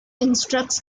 instructs